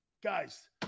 Guys